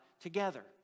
together